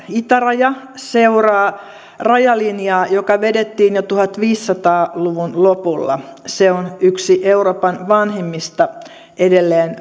itäraja seuraa rajalinjaa joka vedettiin jo tuhatviisisataa luvun lopulla se on yksi euroopan vanhimmista edelleen